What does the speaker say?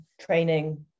training